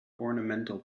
ornamental